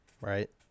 Right